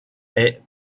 est